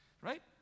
right